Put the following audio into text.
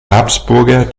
habsburger